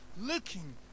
looking